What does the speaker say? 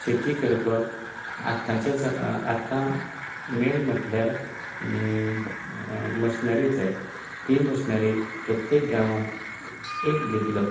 शेती करपाक आतांच्या आतां मेन म्हणल्यार मशनरी जाय ती मशनरी प्रत्येक गांवांत एक दितलो